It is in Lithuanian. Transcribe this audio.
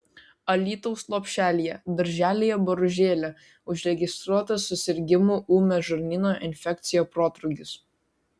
alytaus lopšelyje darželyje boružėlė užregistruotas susirgimų ūmia žarnyno infekcija protrūkis